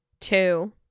two